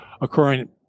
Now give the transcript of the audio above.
occurring